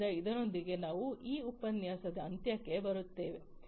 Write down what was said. ಆದ್ದರಿಂದ ಇದರೊಂದಿಗೆ ನಾವು ಈ ಉಪನ್ಯಾಸದ ಅಂತ್ಯಕ್ಕೆ ಬರುತ್ತೇವೆ